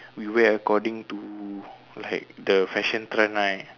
we wear according to like the fashion trend right